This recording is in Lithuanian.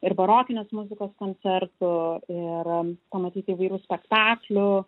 ir barokinės muzikos koncertų ir pamatyti įvairių spektaklių